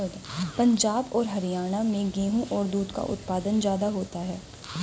पंजाब और हरयाणा में गेहू और दूध का उत्पादन ज्यादा होता है